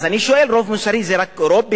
אז אני שואל: רוב מוסרי זה רק אירופי?